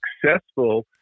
successful